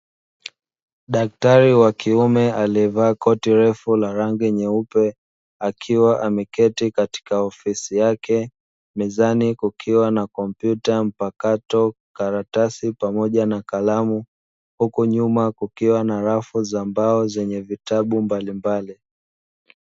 Daktari wa kiume alievaa koti refu la rangi nyeupe akiwa ameketi katika ofisi yake mezani kukiwa na kopyuta mpakato, karatasi pamoja na kalamu, huku nyuma kukiwa na rafu za mbao zenye vitabu mbalimbali.